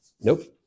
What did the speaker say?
Nope